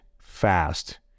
fast